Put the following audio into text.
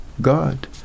God